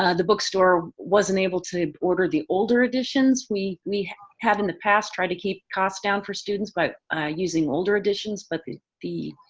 ah the bookstore wasn't able to order the older editions. we we have in the past try to keep cost down for students by but using older editions but the the